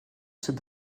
cette